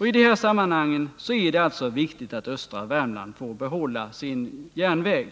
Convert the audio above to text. I detta sammanhang är det viktigt att östra Värmland får behålla sin järnväg.